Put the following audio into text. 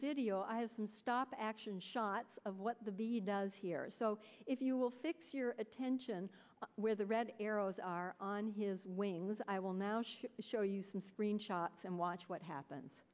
video i have some stop action shots of what the bee does here so if you will fix your attention where the red arrows are on his wings i will now show show you some screen shots and watch what happens